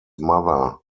mother